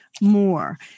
more